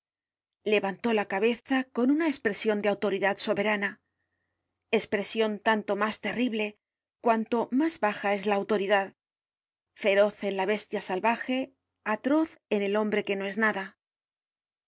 levantó la cabeza con una espresion de autoridad soberana espresion tanto mas terrible cuanto mas baja es la autoridad feroz en la bestia salvaje atroz en el hombre que no es nada